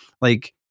like-